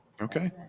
okay